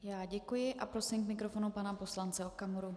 Já děkuji a prosím k mikrofonu pana poslance Okamuru.